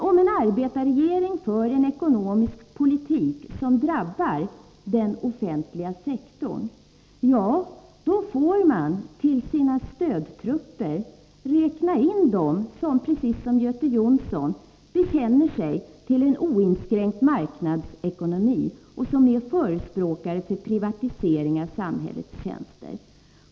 Om en arbetarregering för en ekonomisk politik som drabbar den offentliga sektorn får den till sina stödtrupper räkna in dem som, precis som Göte Jonsson, bekänner sig till en oinskränkt marknadsekonomi och är förespråkare för privatisering av samhällets tjänster.